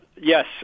Yes